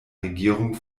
regierung